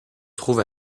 trouve